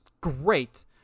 great